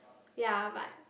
ya but